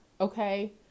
okay